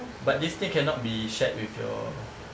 but this cannot be shared with you